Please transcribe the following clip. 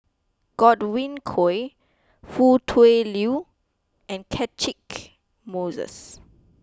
Godwin Koay Foo Tui Liew and Catchick Moses